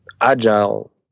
Agile